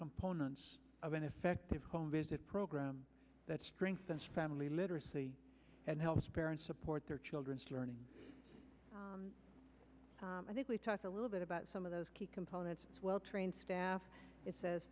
components of an effective home visit program that strengthens family literacy and helps parents support their children learning i think we talked a little bit about some of those key components as well trained staff it says